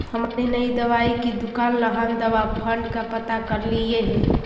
हमारी नई दवाई की दुकान ला हम दवा फण्ड का पता करलियई हे